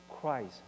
Christ